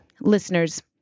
listeners